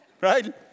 right